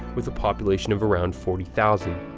with a population of around forty thousand.